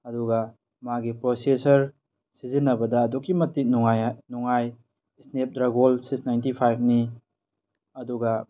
ꯑꯗꯨꯒ ꯃꯥꯒꯤ ꯄ꯭ꯔꯣꯁꯦꯁ꯭ꯔ ꯁꯤꯖꯤꯟꯅꯕꯗ ꯑꯗꯨꯛꯀꯤ ꯃꯇꯤꯛ ꯅꯨꯉꯥꯏ ꯁ꯭ꯅꯦꯞꯗ꯭ꯔꯥꯒꯣꯜ ꯁꯤꯛꯁ ꯅꯥꯏꯟꯇꯤ ꯐꯥꯏꯚꯅꯤ ꯑꯗꯨꯒ